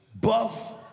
buff